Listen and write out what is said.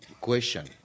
question